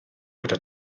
gyda